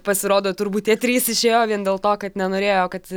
pasirodo turbūt tie trys išėjo vien dėl to kad nenorėjo kad